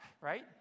right